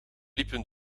liepen